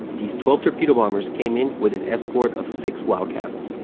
these twelve torpedo-bombers came in with an escort of six wildcats.